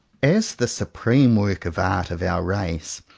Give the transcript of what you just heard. as the supreme work of art of our race,